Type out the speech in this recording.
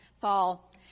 fall